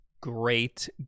great